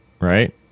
Right